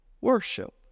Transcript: worship